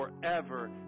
forever